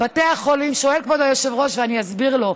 שואל כבוד היושב-ראש, ואני אסביר לו: